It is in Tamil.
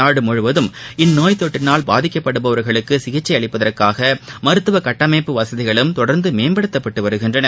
நாடு முழுவதும் இந்நோய் தொற்றினால் பாதிக்கப்படுபவர்களுக்கு சிகிச்சை அளிப்பதற்காக மருத்துவ கட்டமைப்பு வசதிகளும் தொடர்ந்து மேம்படுத்தப்பட்டு வருகின்றன